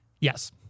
yes